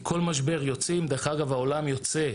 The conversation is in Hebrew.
מכל משבר יוצאים, דרך אגב העולם יוצא,